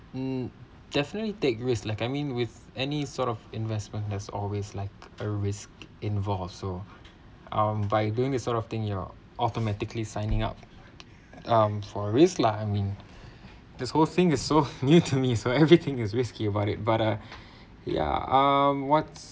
mm definitely take risk like I mean with any sort of investment there's always like a risk involved or so um by doing this sort of thing you know automatically signing up um for risk lah I mean this whole thing is so new to me so everything is risky about it but uh yeah um what